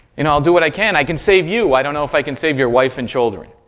and i'll do what i can. i can save you. i don't know if i can save your wife and children.